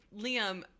Liam